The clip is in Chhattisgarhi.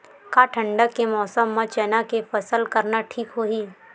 का ठंडा के मौसम म चना के फसल करना ठीक होही?